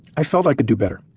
i felt i could do better.